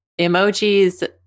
emojis